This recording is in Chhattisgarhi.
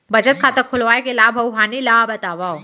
बचत खाता खोलवाय के लाभ अऊ हानि ला बतावव?